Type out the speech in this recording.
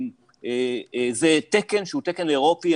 זה תקן שהוא תקן אירופי,